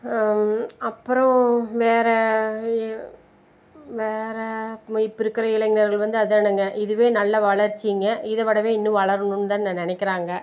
அப்புறம் வேறு வேறு இப்போ இருக்கிற இளைஞர்கள் வந்து அதுதானுங்க இதுவே நல்ல வளர்ச்சிங்க இதைவிடவே இன்னும் வளரணும்னு தான் நினைக்கிறாங்க